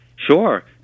Sure